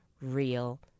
real